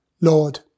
Lord